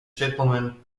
gentlemen